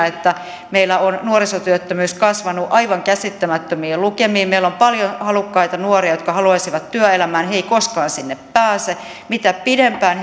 että meillä on nuorisotyöttömyys kasvanut aivan käsittämättömiin lukemiin meillä on paljon halukkaita nuoria jotka haluaisivat työelämään he eivät koskaan sinne pääse ja mitä pidempään